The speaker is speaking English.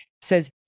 Says